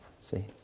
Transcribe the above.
see